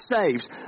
saves